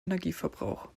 energieverbrauch